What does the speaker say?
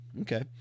okay